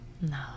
No